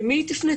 למי היא תפנה?